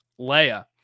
Leia